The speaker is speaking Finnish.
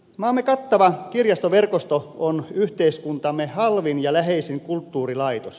maamme kattava kirjastoverkosto on yhteiskuntamme halvin ja läheisin kulttuurilaitos